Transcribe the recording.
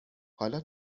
حالا